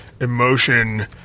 emotion